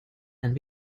and